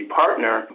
partner